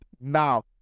now